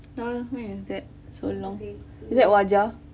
LOL when was that so long is that waja